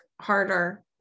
harder